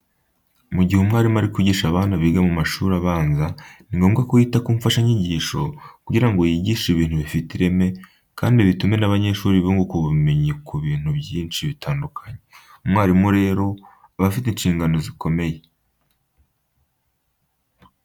Mu gihe umwarimu ari kwigisha abana biga mu mashuri abanza, ni ngombwa ko yita ku mfashanyigisho, kugira ngo yigishe ibintu bifite ireme kandi bitume n'abanyeshuri bunguka ubumenyi ku bintu byinshi bitandukanye. Umwarimu rero aba afite inshingano zikomeye.